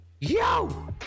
yo